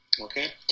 Okay